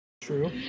True